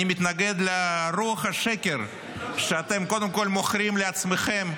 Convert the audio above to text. אני מתנגד לרוח השקר שאתם קודם כול מוכרים לעצמכם,